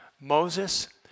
Moses